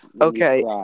Okay